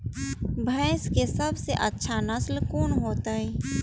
भैंस के सबसे अच्छा नस्ल कोन होते?